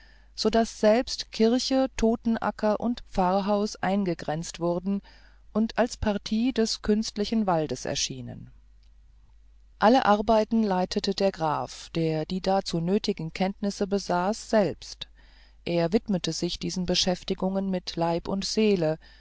so daß selbst kirche totenacker und pfarrhaus eingegrenzt wurden und als partie des künstlichen waldes erschienen alle arbeiten leitete der graf der die dazu nötigen kenntnisse besaß selbst er widmete sich diesen beschäftigungen mit leib und seele